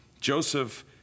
Joseph